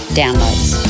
downloads